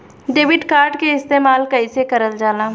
Debit card के इस्तेमाल कइसे करल जाला?